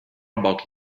about